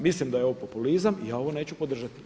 Mislim da je ovo populizam i ja ovo neću podržati.